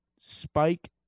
spike